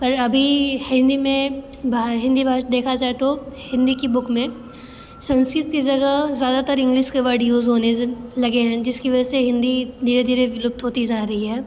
पर अभी हिन्दी में हिन्दी भाषा देखा जाए तो हिन्दी की बुक में संस्कृत की जगह ज़्यादातर इंग्लिस के वर्ड यूज़ होने लगे हैं जिसकी वजह से हिन्दी धीरे धीरे विलुप्त होती जा रही है